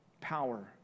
power